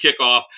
kickoff